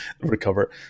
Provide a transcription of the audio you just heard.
recover